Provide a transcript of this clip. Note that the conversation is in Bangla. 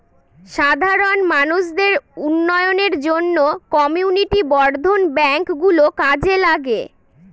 সাধারণ মানুষদের উন্নয়নের জন্য কমিউনিটি বর্ধন ব্যাঙ্ক গুলো কাজে লাগে